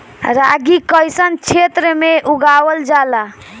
रागी कइसन क्षेत्र में उगावल जला?